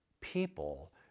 people